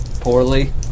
poorly